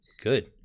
Good